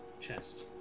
chest